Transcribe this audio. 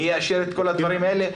מי יאשר את כל הדיונים האלה.